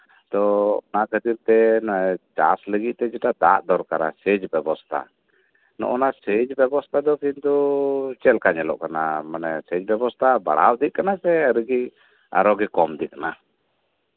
ᱛᱚ ᱚᱱᱟ ᱠᱷᱟᱹᱛᱤᱨ ᱛᱮ ᱪᱟᱥ ᱞᱟᱹᱜᱤᱫ ᱛᱮ ᱡᱮᱴᱟ ᱫᱟᱜ ᱫᱚᱨᱠᱟᱨᱟ ᱥᱮᱪ ᱵᱮᱵᱚᱥᱛᱷᱟ ᱱᱚᱜ ᱚ ᱱᱚᱶᱟ ᱥᱮᱪ ᱵᱮᱵᱚᱥᱛᱷᱟ ᱫᱚ ᱠᱤᱱᱛᱩ ᱱᱮᱛᱟᱨ ᱫᱚ ᱪᱮᱫ ᱞᱮᱠᱟ ᱧᱮᱞᱚᱜ ᱠᱟᱱᱟ ᱢᱟᱱᱮ ᱥᱮᱪ ᱵᱮᱵᱚᱥᱛᱷᱟ ᱵᱟᱲᱦᱟᱣ ᱤᱫᱤᱜ ᱠᱟᱱᱟ ᱥᱮ ᱟᱨ ᱜᱮ ᱠᱚᱢ ᱤᱫᱤᱜ ᱠᱟᱱᱟ